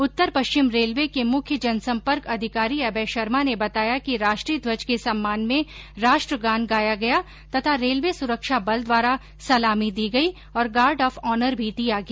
उत्तर पश्चिम रेलवे के मुख्य जनसंपर्क अधिकारी अभय शर्मा ने बताया कि राष्ट्रीय ध्वज के सम्मान में राष्ट्रगान गाया गया तथा रेलवे सुरक्षा बल द्वारा सलामी दी गई और गार्ड ऑफ ऑनर भी दिया गया